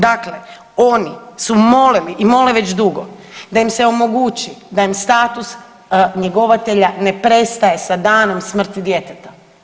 Dakle, oni su molili i mole već dugo da im se omogući da im status njegovatelja ne prestaje sa danom smrti djeteta.